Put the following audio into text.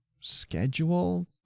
schedule